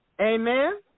Amen